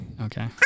Okay